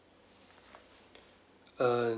err